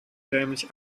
dämlich